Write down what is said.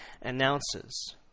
announces